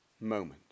moment